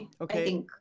okay